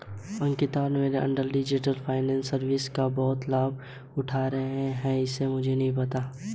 अंकिता और मेरे uncle digital finance services का बहुत लाभ उठा रहे हैं